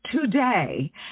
today